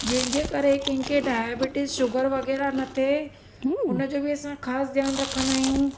जंहिंजे करे कंहिंखे डायबटीस शुगर वग़ैरह न थिए हुनजो बि असां ख़ासि ध्यानु रखंदा आहियूं